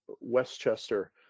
Westchester